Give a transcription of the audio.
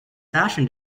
fashion